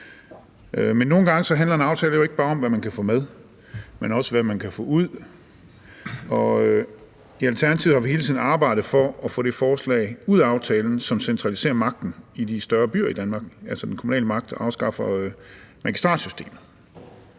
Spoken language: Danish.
nogle gange handler en aftale jo ikke bare om, hvad man kan få med, men også om, hvad man kan få ud. I Alternativet har vi hele tiden arbejdet for at få det forslag, som centraliserer den kommunale magt i de større byer i Danmark og afskaffer magistratsystemet,